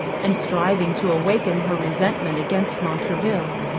and striving to awaken her resentment against montraville.